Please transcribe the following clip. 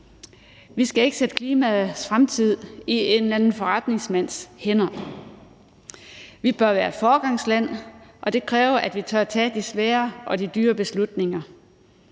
Vi skal ikke lægge klimaets fremtid i en eller anden forretningsmands hænder. Vi bør være et foregangsland, og det kræver, at vi tør tage de svære og de dyre beslutninger.